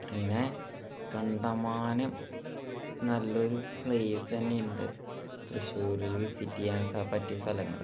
പിന്നെ കണ്ടമാനം നല്ലൊരു പ്ലെയിസ് തന്നെയുണ്ട് തൃശ്ശൂരിൽ വിസിറ്റ് ചെയ്യാൻ പറ്റിയ സ്ഥലങ്ങൾ